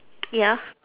ya